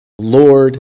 Lord